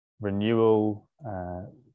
renewal